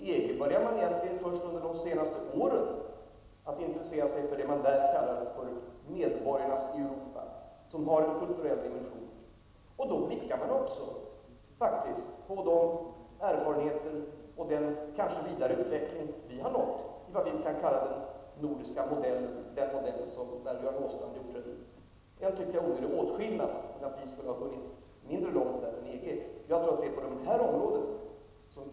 Men inom EG har man egentligen först under de senaste åren börjat intresera sig för det som där kallas för medborgarnas Europa, som har en kulturell dimension. Då blickar man också faktiskt också på de erfarenheter och den vidareutveckling som vi har nått -- vi kan kalla det för den nordiska modellen -- och den modell som Göran Åstrand refererade. Jag tycker att vi där skall göra en åtskillnad. Det är inte så att vi där skulle ha nått mindre långt än man gjort inom EG.